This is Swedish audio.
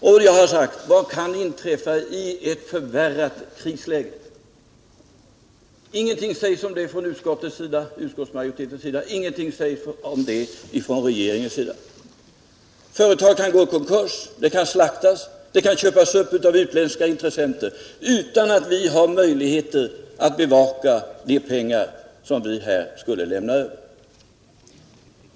Och jag har frågat: Vad kan inträffa i ett förvärrat krisläge? Ingenting sägs om det från utskottsmajoritetens sida. Ingenting sägs om det från regeringens sida. Företaget kan gå i konkurs, det kan slaktas, och det kan köpas upp av utländska intressenter utan att vi har möjligheter att bevaka de pengar som vi här skulle lämna över.